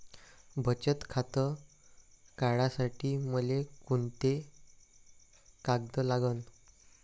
बचत खातं काढासाठी मले कोंते कागद लागन?